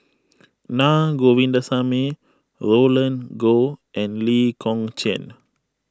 Naa Govindasamy Roland Goh and Lee Kong Chian